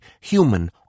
Human